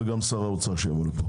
וגם שיבוא לפה שר האוצר,